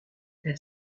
elle